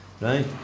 Right